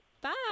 Bye